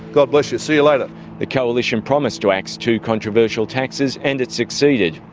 god bless you, see you later. the coalition promised to axe two controversial taxes and it succeeded,